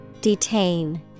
Detain